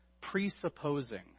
presupposing